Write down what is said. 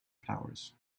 powers